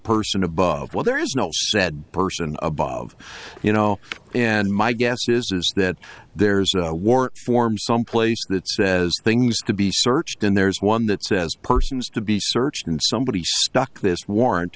person above well there is no said person above you know and my guess is that there's a war form someplace that says things could be searched and there's one that says persons to be searched and somebody stuck this warrant